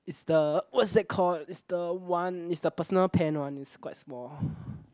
is the what's that called is the one is the personal pan one is quite small